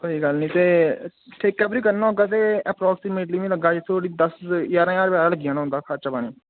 कोई गल्ल नी ते ठेके पर गै करना होग ते अप्प्रोक्सिमेटली मिगी लग्गा दा जित्थै धोड़ी दस ञारां ज्हार रपेआ लग्गी जाना खर्चा पानी